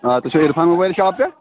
آ تُہۍ چھِو عِرفان موبایِل شاپ پٮ۪ٹھ